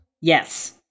Yes